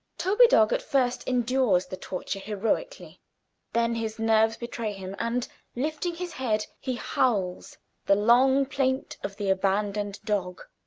toby-dog, at first endures the torture heroically then his nerves betray him and lifting his head he howls the long plaint of the abandoned dog.